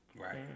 Right